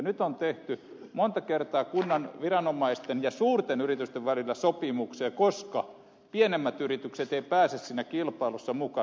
nyt on tehty monta kertaa kunnan viranomaisten ja suurten yritysten välillä sopimuksia koska pienemmät yritykset eivät pysy siinä kilpailussa mukana